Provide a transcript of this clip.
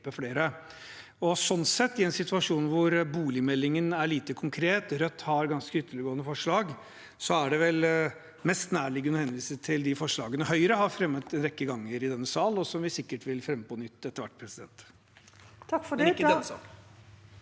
flere. Slik sett, i en situasjon hvor boligmeldingen er lite konkret og Rødt har ganske ytterliggående forslag, er det vel mest nærliggende å henvise til de forslagene Høyre har fremmet en rekke ganger i denne sal, og som vi sikkert vil fremme på nytt etter hvert. Kathrine